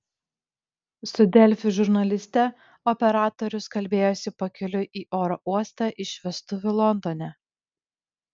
su delfi žurnaliste operatorius kalbėjosi pakeliui į oro uostą iš vestuvių londone